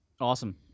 Awesome